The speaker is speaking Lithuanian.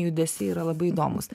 judesiai yra labai įdomūs